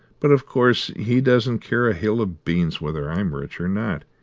but of course he doesn't care a hill of beans whether i'm rich or not.